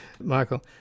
Michael